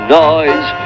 noise